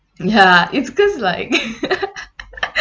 ya it's because like